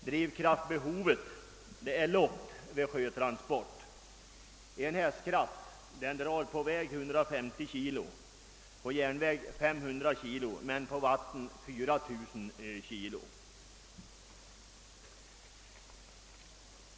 Drivkraftbehovet är lågt vid sjötransport: en hästkraft drar på väg 150 kg, på järnväg 500 kg men på vatten 4 000 kg.